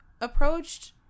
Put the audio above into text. approached